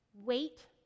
Wait